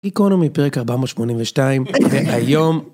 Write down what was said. גיקונומי פרק 482, והיום...